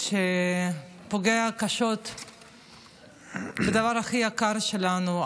שפוגע קשות בדבר הכי יקר שלנו,